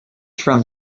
from